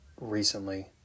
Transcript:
recently